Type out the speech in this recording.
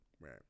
Right